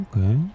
Okay